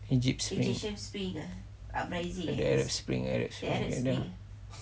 egyptian arab spring arab